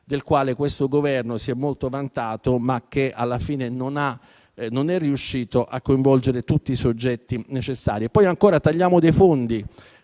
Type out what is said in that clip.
del quale questo Governo si è molto vantato, ma che alla fine non è riuscito a coinvolgere tutti i soggetti necessari. E, poi, ancora, tagliamo dei fondi